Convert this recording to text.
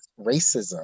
racism